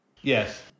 Yes